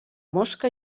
mosca